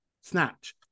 Snatch